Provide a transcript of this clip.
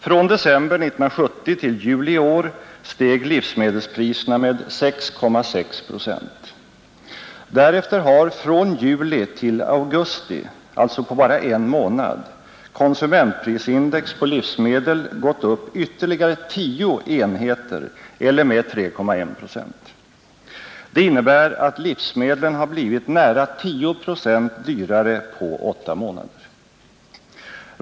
Från december 1970 till juli i år steg livsmedelspriserna med 6,6 procent. Därefter har från juli till augusti, alltså på bara en månad, konsumentprisindex på livsmedel gått upp ytterligare tio enheter eller med 3,1 procent. Det innebär att livsmedlen har blivit nära 10 procent dyrare på åtta månader.